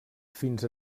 fins